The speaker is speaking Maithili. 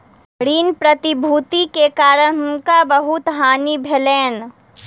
ऋण प्रतिभूति के कारण हुनका बहुत हानि भेलैन